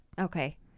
okay